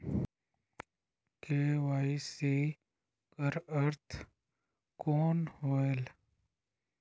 KYC कर अर्थ कौन होएल?